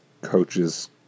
coaches